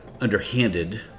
underhanded